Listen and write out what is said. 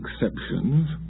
exceptions